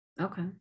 Okay